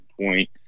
point